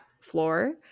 floor